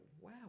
wow